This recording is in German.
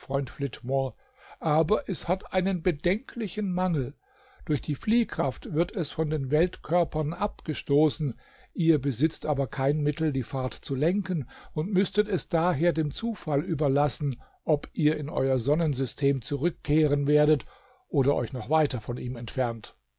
aber es hat einen bedenklichen mangel durch die fliehkraft wird es von den weltkörpern abgestoßen ihr besitzt aber kein mittel die fahrt zu lenken und müßtet es daher dem zufall überlassen ob ihr in euer sonnensystem zurückkehren werdet oder euch noch weiter von ihm entfernt